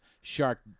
Shark